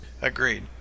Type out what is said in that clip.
Agreed